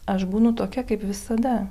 aš būnu tokia kaip visada